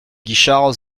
guichards